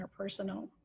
interpersonal